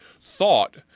thought